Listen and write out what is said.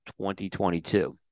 2022